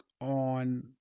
on